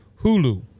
Hulu